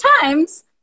times